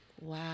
Wow